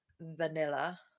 vanilla